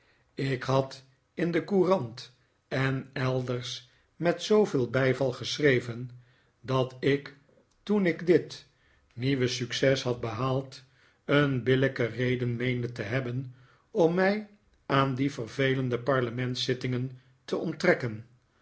ik had in de courant en elders met zooveel bijval geschreven dat ik toen ik dit nieuwe succes had behaald een billijke reden meende te hebben om mij aan die vervelende parlementszittingen te onttrekken